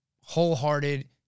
wholehearted